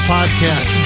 Podcast